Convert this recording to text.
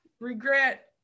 regret